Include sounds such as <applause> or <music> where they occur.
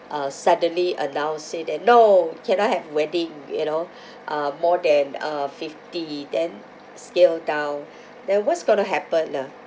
uh suddenly announce say that no cannot have wedding you know <breath> uh more than uh fifty then scale down <breath> then what's gonna happen ah